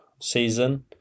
season